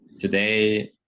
today